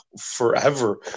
forever